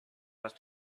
must